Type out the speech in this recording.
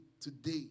today